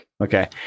Okay